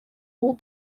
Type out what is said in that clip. all